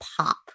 pop